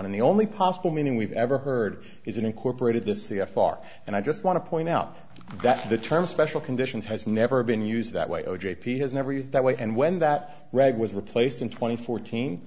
of the only possible meaning we've ever heard is an incorporated the c f r and i just want to point out that the term special conditions has never been used that way o j p has never used that way and when that reg was replaced in twenty fourteen